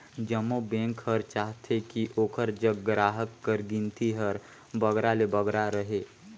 जम्मो बेंक हर चाहथे कि ओकर जग गराहक कर गिनती हर बगरा ले बगरा रहें